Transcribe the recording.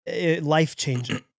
life-changing